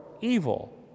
evil